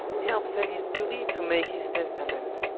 helpe salisbury to make his testament,